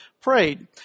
prayed